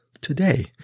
today